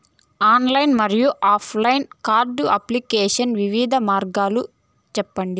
Online మరియు offline card application వివిధ మార్గాలు సెప్పండి?